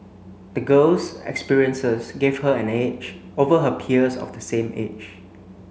the girl's experiences gave her an edge over her peers of the same age